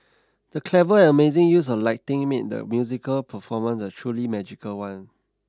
the clever and amazing use of lighting made the musical performance a truly magical one